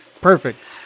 Perfect